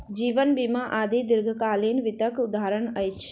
जीवन बीमा आदि दीर्घकालीन वित्तक उदहारण अछि